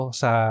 sa